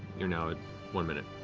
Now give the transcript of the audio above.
you're now at one minute.